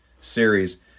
series